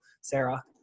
Sarah